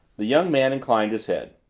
the young man inclined his head.